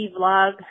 vlog